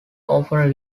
often